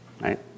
right